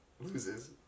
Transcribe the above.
loses